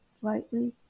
slightly